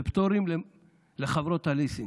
בפטורים לחברות הליסינג.